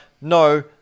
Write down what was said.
no